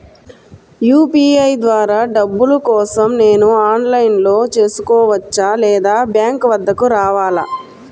UPI ద్వారా డబ్బులు కోసం నేను ఆన్లైన్లో చేసుకోవచ్చా? లేదా బ్యాంక్ వద్దకు రావాలా?